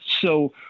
so-